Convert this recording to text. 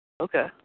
Okay